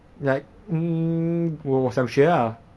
like hmm 我想学 ah